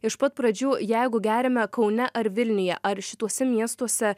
iš pat pradžių jeigu geriame kaune ar vilniuje ar šituose miestuose